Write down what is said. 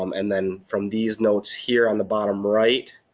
um and then from these notes here on the bottom right,